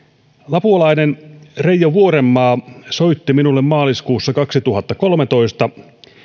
lapualainen reijo vuorenmaa soitti minulle maaliskuussa kaksituhattakolmetoista